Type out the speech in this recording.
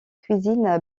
cuisine